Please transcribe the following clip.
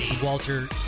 Walter